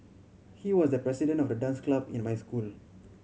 he was the president of the dance club in my school